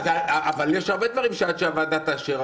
אבל יש הרבה דברים עד שהוועדה תאשר.